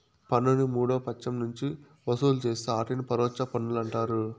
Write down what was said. పన్నుని మూడో పచ్చం నుంచి వసూలు చేస్తే ఆటిని పరోచ్ఛ పన్నులంటారు